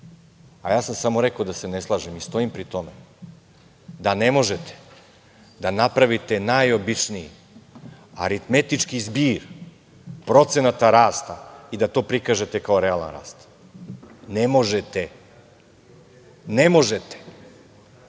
a, ja sam samo rekao da se ne slažemo, i stojim pri tome, da ne možete da napravite najobičniji aritmetički zbir procenata rasta i da to prikažete kao realan rast. Ne možete, ne možete,